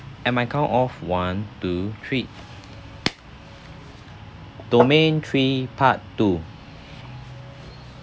at my count of one two three domain three part two